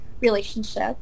relationship